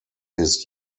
his